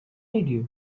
idea